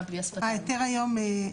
המעברים?